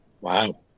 Wow